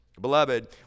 Beloved